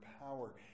power